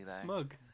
Smug